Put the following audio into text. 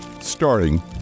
starting